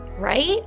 Right